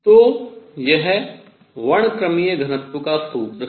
तो यह वर्णक्रमीय घनत्व का सूत्र है